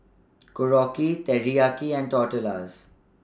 Korokke Teriyaki and Tortillas